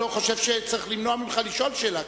לא חושב שצריך למנוע ממך לשאול שאלה כזאת.